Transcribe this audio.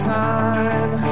time